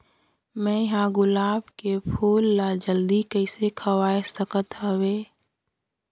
मैं ह गुलाब के फूल ला जल्दी कइसे खवाय सकथ हवे?